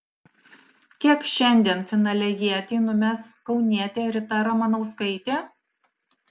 kiek šiandien finale ietį numes kaunietė rita ramanauskaitė